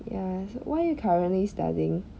ya so what you currently studying